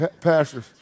pastors